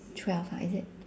twelve ha is it